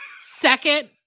Second